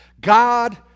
God